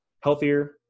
healthier